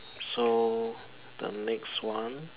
so the next one